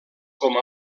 com